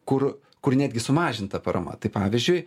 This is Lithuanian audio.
kur kur netgi sumažinta parama tai pavyzdžiui